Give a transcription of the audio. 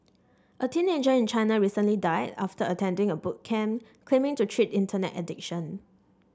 a teenager in China recently died after attending a boot camp claiming to treat internet addiction